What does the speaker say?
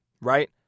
right